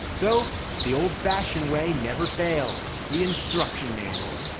so the old-fashioned way, never fails, the instruction manual.